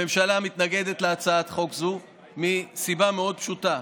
הממשלה מתנגדת להצעת חוק זו מסיבה מאוד פשוטה.